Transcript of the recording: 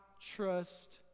trust